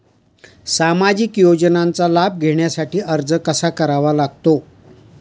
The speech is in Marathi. सामाजिक योजनांचा लाभ घेण्यासाठी अर्ज कसा करावा लागतो?